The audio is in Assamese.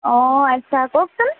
অঁ আচ্ছা কওকচোন